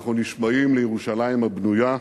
אנחנו נשבעים לירושלים הבנויה,